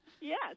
Yes